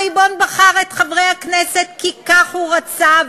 הריבון בחר את חברי הכנסת כי כך הוא רצה,